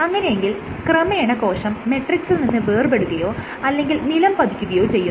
അങ്ങനെയെങ്കിൽ ക്രമേണ കോശം മെട്രിക്സിൽ നിന്ന് വേർപെടുകയോ അല്ലെങ്കിൽ നിലംപതിക്കുകയോ ചെയ്യുന്നു